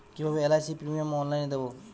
কিভাবে LIC premium অনলাইনে দেবো?